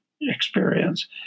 experience